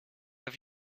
have